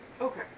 Okay